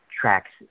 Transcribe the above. tracks